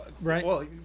Right